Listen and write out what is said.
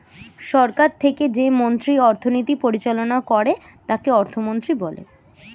সরকার থেকে যে মন্ত্রী অর্থনীতি পরিচালনা করে তাকে অর্থমন্ত্রী বলে